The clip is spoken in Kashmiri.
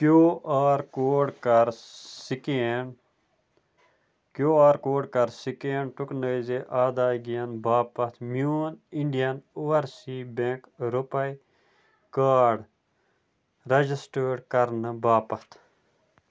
کیوٗ آر کوڈ کَر سکین کیوٗ آر کوڈ کَر سکین ٹوکنائزِ ادٲیگِیَن باپتھ میون Indian overseas bank RuPay card register کرنہٕ باپتھ